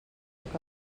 poc